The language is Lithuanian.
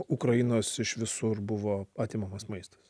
ukrainos iš visur buvo atimamas maistas